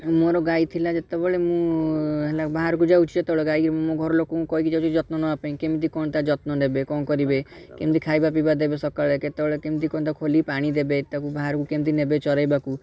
ମୋର ଗାଈ ଥିଲା ଯେତେବେଳେ ମୁଁ ହେଲା ବାହରକୁ ଯାଉଛି ଯେତେବେଳେ ଗାଈକୁ ମୁଁ ଘରଲୋକଙ୍କୁ କହିକି ଯାଉଛି ଯତ୍ନ ନେବା ପାଇଁ କେମିତି କ'ଣ ତା'ର ଯତ୍ନ ନେବେ କ'ଣ କରିବେ କେମିତି ଖାଇବା ପିଇବା ଦେବେ ସକାଳେ କେତେବେଳେ କେମିତି କ'ଣ ତାକୁ ଖୋଲିକି ପାଣି ଦେବେ ତାକୁ ବାହରକୁ କେମିତି ନେବେ ଚରାଇବାକୁ